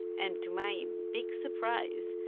and to my big surprise,